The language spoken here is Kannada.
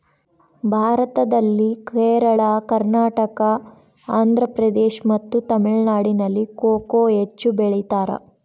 ಭಾರತದಲ್ಲಿ ಕೇರಳ, ಕರ್ನಾಟಕ, ಆಂಧ್ರಪ್ರದೇಶ್ ಮತ್ತು ತಮಿಳುನಾಡಿನಲ್ಲಿ ಕೊಕೊ ಹೆಚ್ಚು ಬೆಳಿತಾರ?